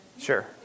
Sure